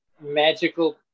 magical